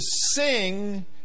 sing